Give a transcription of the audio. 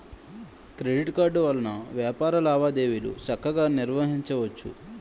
credit card వలన వ్యాపార లావాదేవీలు చక్కగా నిర్వహించవచ్చు